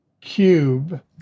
cube